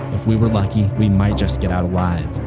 if we were lucky we might just get out alive.